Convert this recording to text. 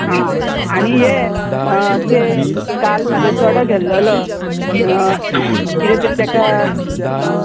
आं आनी हें तें काल म्हाजो चेडो गेल्लोलो कितें तरी तेका